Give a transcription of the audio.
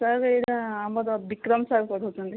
sir ଏଇଟା ଆମର Vikram sir ପଢ଼ଉଛନ୍ତି